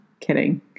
Kidding